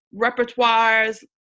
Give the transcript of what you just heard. repertoires